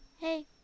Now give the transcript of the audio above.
Hey